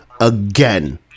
again